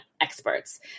experts